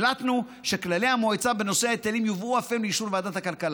החלטנו שכללי המועצה בנושא ההיטלים יובאו אף הם לאישור ועדת הכלכלה.